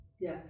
Yes